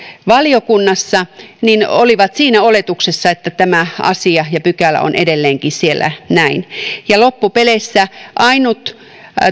valiokunnassa olivat siinä oletuksessa että tämä asia ja pykälä ovat siellä edelleenkin näin ja loppupeleissä ainut